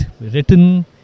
written